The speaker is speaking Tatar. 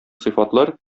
сыйфатлар